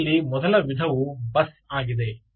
ಇದರಲ್ಲಿ ಮೊದಲ ವಿಧವು ಬಸ್ ಆಗಿದೆ